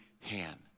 Hand